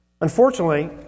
Unfortunately